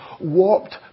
warped